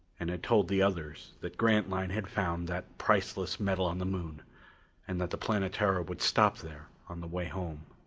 and had told the others that grantline had found that priceless metal on the moon and that the planetara would stop there on the way home.